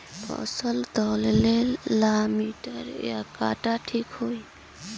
फसल तौले ला मिटर काटा ठिक होही?